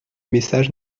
message